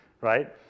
right